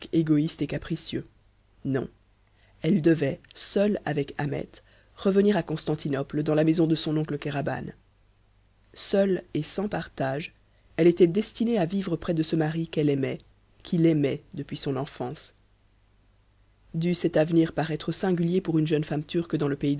égoïste et capricieux non elle devait seule avec ahmet revenir à constantinople dans la maison de son oncle kéraban seule et sans partage elle était destinée à vivre près de ce mari qu'elle aimait qui l'aimait depuis son enfance dût cet avenir paraître singulier pour une jeune femme turque dans le pays